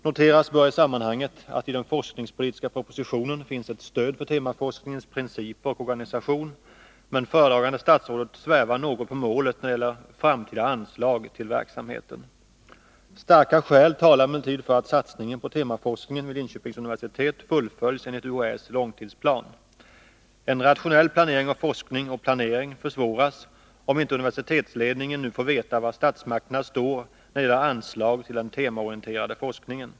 Noteras bör i sammanhanget att det i den forskningspolitiska propositionen finns ett stöd för temaforskningens principer och organisation, men att föredragande statsrådet svävar något på målet när det gäller framtida anslag till verksamheten. Starka skäl talar emellertid för att satsningen på temaforskningen vid Linköpings universitet fullföljs enligt UHÄ:s långtidsplan. En rationell planering av forskning och utbildning försvåras, om inte universitetsledning en nu får veta var statsmakterna står när det gäller anslag till den Nr 153 temaorienterade forskningen.